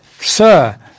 Sir